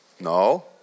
No